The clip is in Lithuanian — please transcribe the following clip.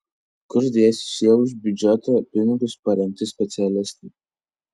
kur dėsis šie už biudžeto pinigus parengti specialistai